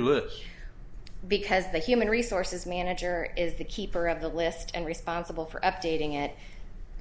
look because the human resources manager is the keeper of the list and responsible for updating it